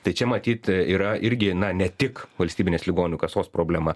tai čia matyt yra irgi na ne tik valstybinės ligonių kasos problema